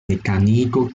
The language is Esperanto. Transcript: mekaniko